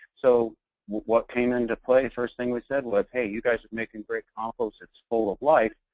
so what came into play? first thing we said was, hey, you guys are making great compost, it's full of life.